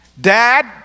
Dad